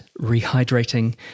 rehydrating